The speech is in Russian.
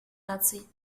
наций